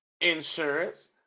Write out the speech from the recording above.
insurance